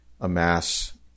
amass